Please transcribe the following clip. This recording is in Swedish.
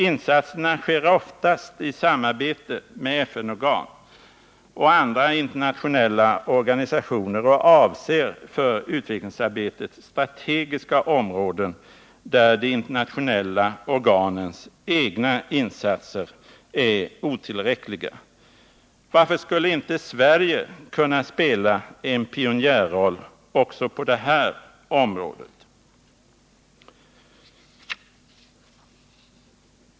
Insatserna sker oftast i samarbete med FN-organ och andra internationella organisationer och avser för utvecklingsarbetet strategiska områden, där de internationella organens egna insatser är otillräckliga. Varför skulle inte Sverige kunna spela en pionjärroll också på det här området?